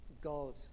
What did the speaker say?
god